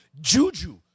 Juju